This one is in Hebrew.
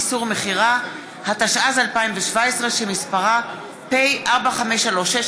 איסור מכירה), התשע"ז 2017, שמספרה פ/4536/20.